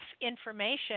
information